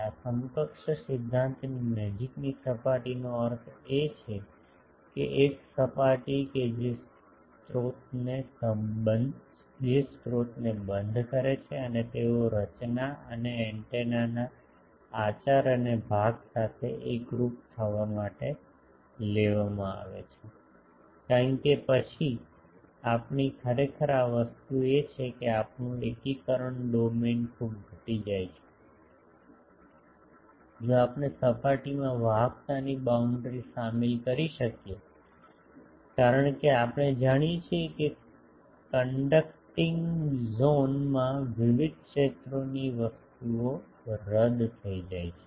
આ સમકક્ષ સિદ્ધાંતની નજીકની સપાટીનો અર્થ એ છે કે એક સપાટી કે જે સ્રોતોને બંધ કરે છે અને તેઓ રચના અને એન્ટેનાના આચાર અને ભાગ સાથે એકરૂપ થવા માટે લેવામાં આવે છે કારણ કે પછી આપણી ખરેખર વસ્તુ એ છે કે આપણું એકીકરણ ડોમેનખૂબ ઘટી જાય છે જો આપણે સપાટીમાં વાહકતાની બાઉન્ડ્રી શામેલ કરી શકિયે કારણ કે આપણે જાણીએ છીએ કે કન્ડક્ટિંગ ઝોન માં વિવિધ ક્ષેત્રોની વસ્તુઓ રદ થઈ જાય છે